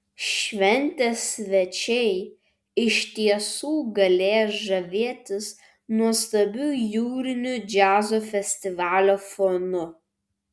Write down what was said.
šventės svečiai iš tiesų galės žavėtis nuostabiu jūriniu džiazo festivalio fonu